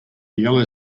yellow